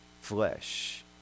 flesh